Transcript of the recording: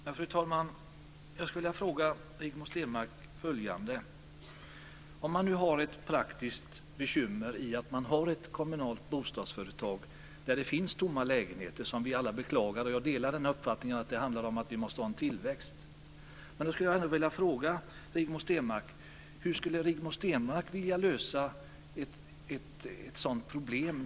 Fru talman! Jag vill fråga Rigmor Stenmark följande: Om man nu har ett praktiskt bekymmer med ett kommunalt bostadsföretag där det finns tomma lägenheter - som vi alla beklagar, och jag delar uppfattningen att det måste ske en tillväxt - hur skulle Rigmor Stenmark vilja lösa det problemet?